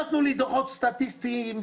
נתנו לי דוחות סטטיסטיים,